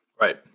Right